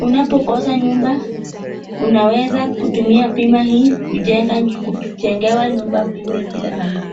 unapokosa nyumba unaweza kutumia bima hii kujengewa nyumba bure bila malipo.